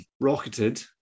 rocketed